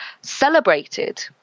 celebrated